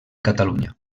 catalunya